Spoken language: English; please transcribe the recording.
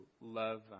love